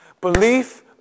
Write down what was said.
Belief